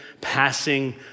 passing